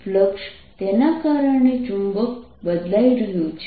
flux તેના કારણે ચુંબક બદલાઈ રહ્યું છે